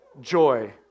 joy